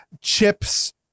chips